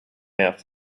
out